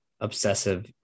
obsessive